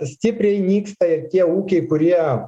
stipriai nyksta ir tie ūkiai kurie